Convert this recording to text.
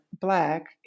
black